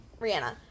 Rihanna